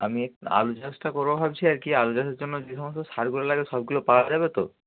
আমি আলু চাষটা করব ভাবছি আর কি আলু চাষের জন্য যে সমস্ত সারগুলো লাগে সবগুলো পাওয়া যাবে তো